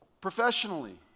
professionally